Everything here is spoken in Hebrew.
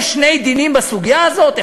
יש שני דינים בסוגיה הזאת,